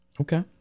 okay